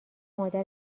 مادر